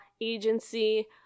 agency